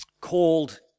called